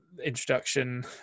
introduction